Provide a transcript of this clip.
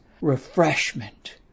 refreshment